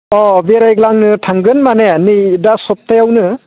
औ बेरायग्लांनो थांगोन माने नै दा सप्ताहयावनो